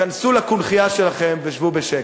כנסו לקונכייה שלכם, ושבו בשקט.